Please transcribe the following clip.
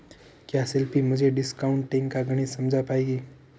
क्या शिल्पी मुझे डिस्काउंटिंग का गणित समझा पाएगी?